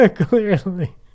Clearly